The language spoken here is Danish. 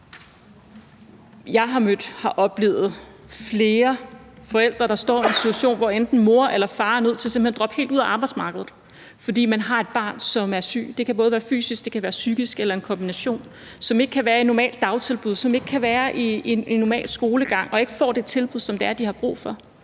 Jeg oplever flere forældre, som står i en situation, hvor enten mor eller far er nødt til simpelt hen at droppe helt ud af arbejdsmarkedet, fordi de har et barn, der er syg – det kan enten være fysisk eller psykisk eller en kombination – og som ikke kan være i et normalt dagtilbud eller have en normal skolegang og ikke får det tilbud, som det har brug for.